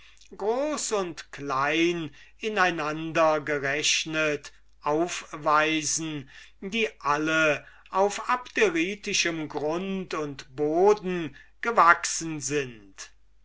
groß und klein in einander gerechnet aufweisen die alle auf abderitischem grund und boden gewachsen sind